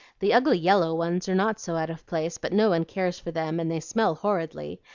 the ugly yellow ones are not so out of place but no one cares for them, and they smell horridly,